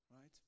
right